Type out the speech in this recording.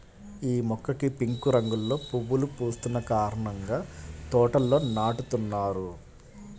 యీ మొక్కకి పింక్ రంగులో పువ్వులు పూస్తున్న కారణంగా తోటల్లో నాటుతున్నారు